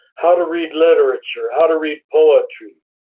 how to read literature, how to read poetry,